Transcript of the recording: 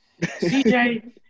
CJ